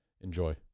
Enjoy